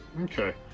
okay